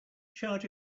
charge